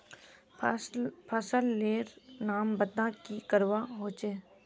फसल लेर नाम बता की करवा होचे?